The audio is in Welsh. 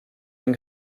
yng